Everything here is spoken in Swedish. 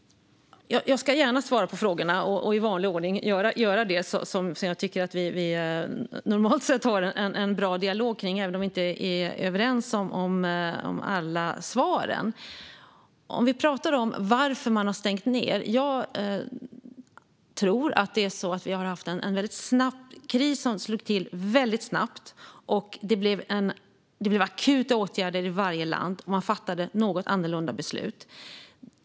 Jag ska gärna svara på frågorna och i vanlig ordning göra det som jag tycker att vi normalt sett har en bra dialog kring, även om vi inte är överens om alla svar. Om vi talar om varför man har stängt ned tror jag att det beror på att vi har haft en kris som slog till väldigt snabbt. Det blev akuta åtgärder i varje land, och man fattade något annorlunda beslut.